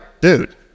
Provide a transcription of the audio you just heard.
Dude